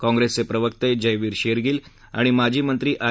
कांग्रेसचे प्रवक्ते जयवीर शेरगील आणि माजी मंत्री आर